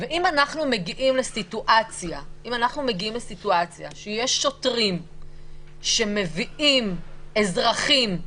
אם אנחנו מגיעים לסיטואציה שיש שוטרים שמביאים אזרחים,